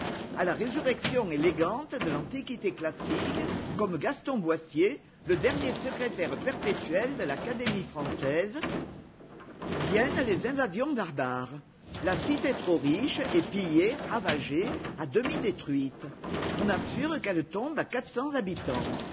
à la résurrection élégante de l'antiquité classique comme gaston boissier le dernier secrétaire perpétuel de l'académie française viennent les invasions barbares la cité trop riche est pillée ravagée à demi détruite on assure qu'elle tombe à